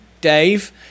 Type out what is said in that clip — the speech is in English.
Dave